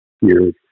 years